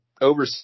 over